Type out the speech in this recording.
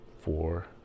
four